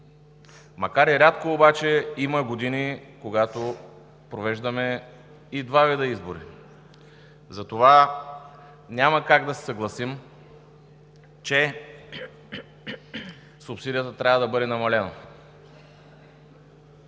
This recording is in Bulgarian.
Макар и рядко обаче, има години, когато провеждаме и два вида избори, затова няма как да се съгласим, че субсидията трябва да бъде намалена.